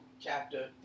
chapter